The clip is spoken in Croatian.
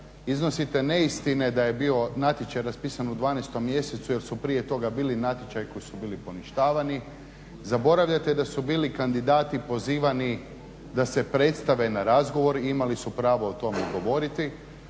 iznosite neistine da je bio natječaj raspisan u 12 mjesecu jer su prije toga bili natječaji koji su bili poništavani. Zaboravljate da su bili kandidati pozivani da se predstave na razgovor, imali su pravo o tome govoriti.